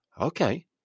okay